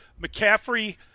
McCaffrey